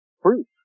proof